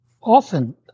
Often